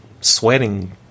sweating